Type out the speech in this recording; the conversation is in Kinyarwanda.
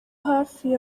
hafi